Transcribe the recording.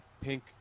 pink